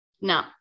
No